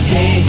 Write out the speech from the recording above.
Hey